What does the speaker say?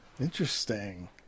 interesting